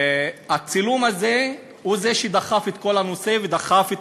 הצילום הזה הוא שדחף את כל הנושא ודחף את